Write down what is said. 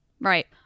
Right